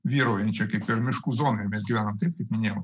vyraujančią kaip ir miškų zonoj mes gyvenam taip kaip minėjau